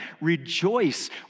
rejoice